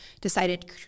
decided